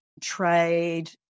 trade